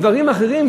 דברים אחרים,